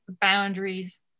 boundaries